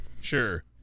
Sure